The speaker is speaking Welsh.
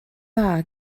dda